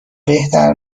بهتر